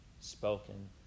spoken